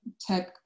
tech